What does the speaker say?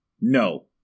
No